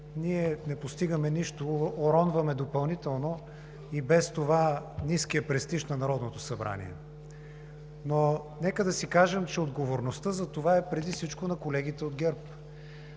ние не постигаме нищо, уронваме допълнително и без това ниския престиж на Народното събрание. Но нека да си кажем, че отговорността за това е преди всичко на колегите от ГЕРБ.